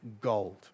gold